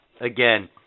Again